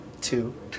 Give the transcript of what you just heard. Two